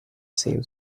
same